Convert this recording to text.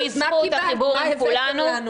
מה הבאתם לנו?